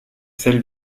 celles